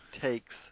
takes